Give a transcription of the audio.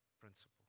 principle